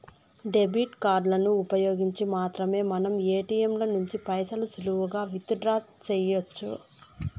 debit కార్డులను ఉపయోగించి మాత్రమే మనం ఏటియంల నుంచి పైసలు సులువుగా విత్ డ్రా సెయ్యొచ్చు